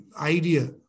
idea